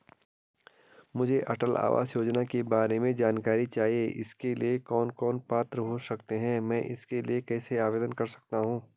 मुझे अटल आवास योजना के बारे में जानकारी चाहिए इसके लिए कौन कौन पात्र हो सकते हैं मैं इसके लिए कैसे आवेदन कर सकता हूँ?